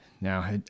now